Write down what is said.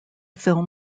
film